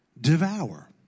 devour